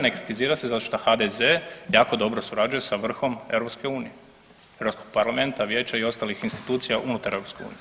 Ne kritizira ju se zato što HDZ jako dobro surađuje sa vrhom EU, Europskog parlamenta, Vijeća i ostalih institucija unutar EU.